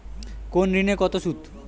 কোন ঋণে কত সুদ?